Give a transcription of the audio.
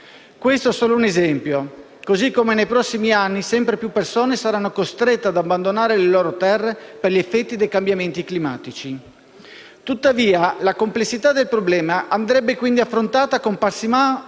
Questo è solo un esempio, così come nei prossimi anni sempre più persone saranno costrette ad abbandonare le loro terre per gli effetti dei cambiamenti climatici. Tuttavia, la complessità del problema andrebbe quindi affrontata con parsimonia